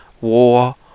war